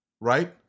right